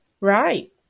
Right